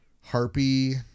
Harpy